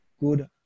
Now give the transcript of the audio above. good